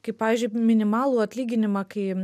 kaip pavyzdžiui minimalų atlyginimą kai